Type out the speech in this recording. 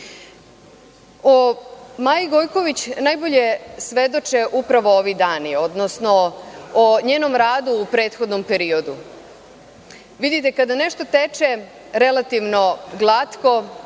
Maji Gojković upravo svedoče ovi dani, odnosno o njenom radu u prethodnom periodu. Vidite, kada nešto teče relativno glatko,